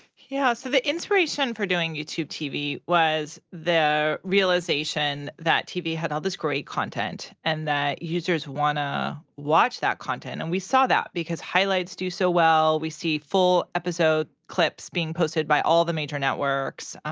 yeah. so the inspiration for doing youtube tv was the realization that tv had all this great content, and that users wanna watch that content. and we saw that, because highlights do so well. we see full episode clips being posted by all the major networks.